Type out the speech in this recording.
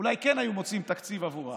אולי כן היו מוצאים תקציב עבורה.